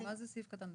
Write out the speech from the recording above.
רגע, מה זה סעיף קטן (ד)?